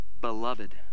beloved